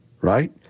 right